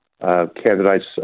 candidates